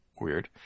weird